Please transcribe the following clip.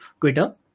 Twitter